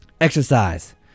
Exercise